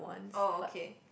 oh okay